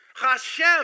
Hashem